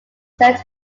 said